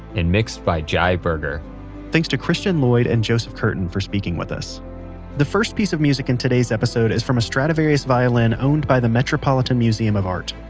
and mixed by jai berger thanks to christian lloyd and joseph curtin for speaking with us the first piece of music in today's episode is from a stradivarius violin owned by the metropolitan museum of art.